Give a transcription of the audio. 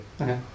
Okay